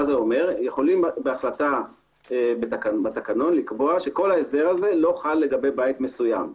כלומר יכולים בהחלטה בתקנון לקבוע שכל ההסדר הזה לא חל לגבי בית מסוים.